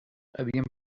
havien